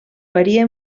varia